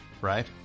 right